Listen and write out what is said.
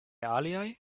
aliaj